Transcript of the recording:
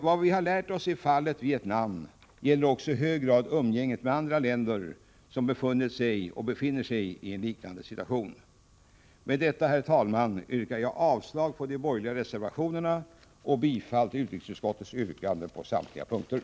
Vad vi har lärt oss i fallet Vietnam gäller också i hög grad umgänget med andra länder som befunnit sig och befinner sig i en liknande situation. Herr talman! Med detta yrkar jag bifall till utrikesutskottets hemställan på samtliga punkter, vilket innebär avslag på de borgerliga reservationerna.